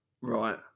Right